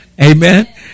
Amen